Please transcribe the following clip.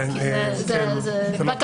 יהיו לך